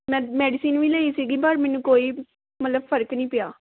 ਮੈਂ ਮੈਡੀਸਨ ਵੀ ਲਈ ਸੀਗੀ ਪਰ ਮੈਨੂੰ ਕੋਈ ਮਤਲਬ ਫ਼ਰਕ ਨਹੀਂ ਪਿਆ